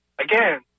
again